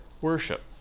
worship